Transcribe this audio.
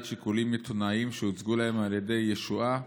שיקולים עיתונאיים שהוצגו להם על ידי ישועה